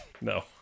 No